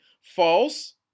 false